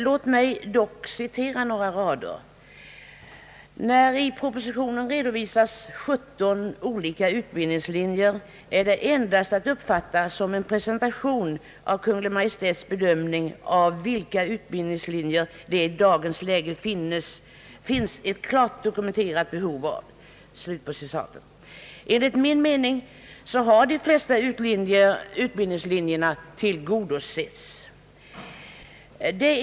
Låt mig dock citera några rader ur utlåtandet: »När det i denna» — propositionen — »redovisas 17 olika utbildningslinjer, är detta endast att uppfatta som en presentation av Kungl. Maj:ts bedömning av vilka utbildningslinjer det i dagens läge finns ett klart dokumenterat behov av.» Enligt min mening har de flesta utbildningslinjernas krav tillgodosetts.